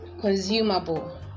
consumable